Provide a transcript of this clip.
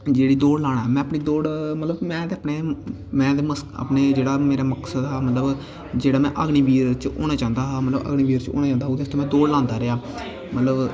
जेह्ड़ी दौड़ लाना ऐ में अपनी दौड़ मतलब में ते अपने में ते बस अपने मेरा जेह्ड़ा मकसद हा मतलब जेह्ड़ा में अग्निवीर च होना चांह्दा हा मतलब अग्निवीर च होना चांह्दा हा ओह्दे आस्तै में दौड़ लांदा रेहा मतलब